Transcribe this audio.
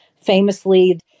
famously